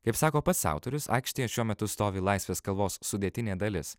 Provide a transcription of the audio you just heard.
kaip sako pats autorius aikštėje šiuo metu stovi laisvės kalvos sudėtinė dalis